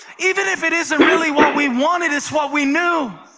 even if it isn't really what we wanted, it's what we knew.